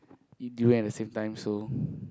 eat durian at the same time so